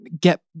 get